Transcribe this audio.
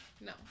No